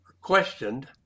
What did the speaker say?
questioned